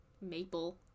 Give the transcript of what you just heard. maple